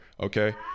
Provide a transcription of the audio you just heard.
okay